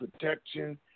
protection